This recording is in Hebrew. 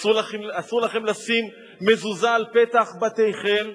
אסור לכם לשים מזוזה על פתח בתיכם.